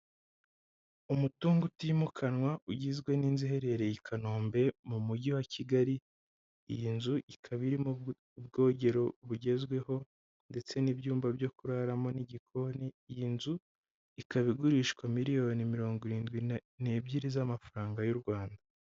Umutungo utimukanwa ugizwe n'inzu iherereye i Kanombe mu mujyi wa Kigali, iyi nzu ikaba irimo ubwogero bugezweho ndetse n'ibyumba byo kuraramo n'igikoni, iyi nzu ikaba igurishwa miriyoni mirongo irindwi n'ebyiri z'amafaranga y'u Rwanda.